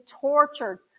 tortured